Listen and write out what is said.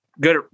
good